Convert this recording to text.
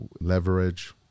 leverage